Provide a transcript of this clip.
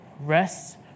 rest